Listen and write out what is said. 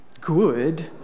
good